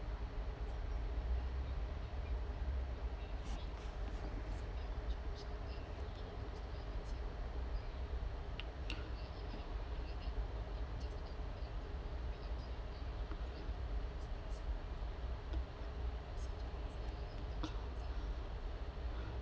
oh